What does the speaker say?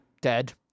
dead